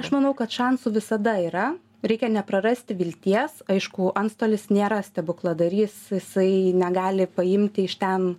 aš manau kad šansų visada yra reikia neprarasti vilties aišku antstolis nėra stebukladarys jisai negali paimti iš ten